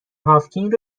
هاوکینگ